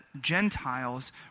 Gentiles